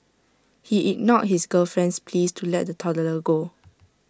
he ignored his girlfriend's pleas to let the toddler go